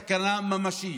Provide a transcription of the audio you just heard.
סכנה ממשית,